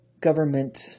government